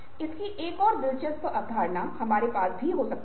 इसकी एक और दिलचस्प अवधारणा हमारे पास भी हो सकती है